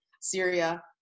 Syria